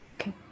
Okay